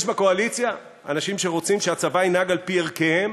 יש בקואליציה אנשים שרוצים שהצבא ינהג על-פי ערכיהם,